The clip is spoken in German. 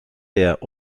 der